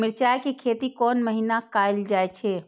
मिरचाय के खेती कोन महीना कायल जाय छै?